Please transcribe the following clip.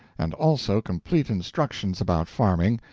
and also complete instructions about farming,